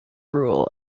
rule